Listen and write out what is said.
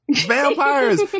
Vampires